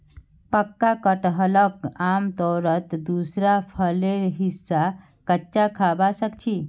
पक्का कटहलक आमतौरत दूसरा फलेर हिस्सा कच्चा खबा सख छि